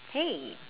hey